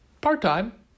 part-time